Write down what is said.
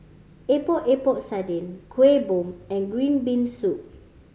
Epok Epok Sardin Kuih Bom and green bean soup